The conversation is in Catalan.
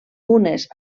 unes